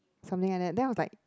something like that then I was like